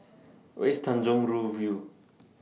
Where IS Tanjong Rhu View